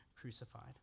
crucified